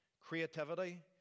creativity